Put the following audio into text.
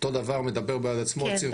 אותו דבר, מדבר בעד עצמו, עציר פלילי.